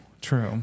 true